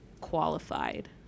qualified